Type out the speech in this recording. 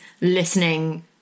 listening